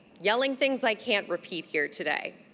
yelling things i can't repeat here today.